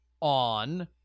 on